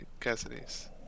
Cassidy's